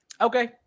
Okay